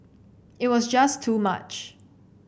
it was just too much